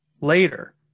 later